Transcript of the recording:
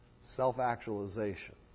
Self-actualization